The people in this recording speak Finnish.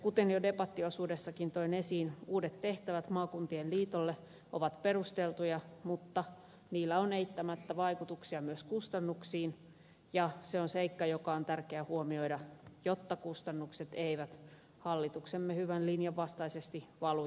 kuten jo debattiosuudessakin toin esiin uudet tehtävät maakuntien liitoille ovat perusteltuja mutta niillä on eittämättä vaikutuksia myös kustannuksiin ja se on seikka joka on tärkeää huomioida jotta kustannukset eivät hallituksemme hyvän linjan vastaisesti valu jäsenkuntien maksuosuuksiin